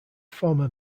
former